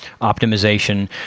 optimization